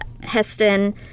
Heston